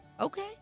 Okay